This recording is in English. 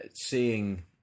Seeing